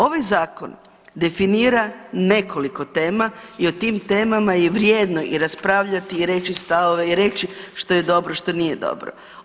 Ovaj Zakon definira nekoliko tema i o tim temama je vrijedno i raspravljati i reći stavove i reći što je dobro, što nije dobro.